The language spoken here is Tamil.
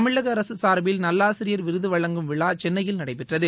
தமிழகஅரசு சார்பில் நல்லாசிரியர் விருது வழங்கும் விழா சென்னையில் நடைபெற்றது